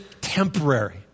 temporary